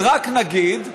רק נגיד,